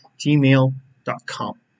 gmail.com